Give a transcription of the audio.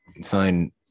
sign